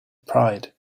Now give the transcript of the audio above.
pride